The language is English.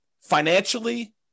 financially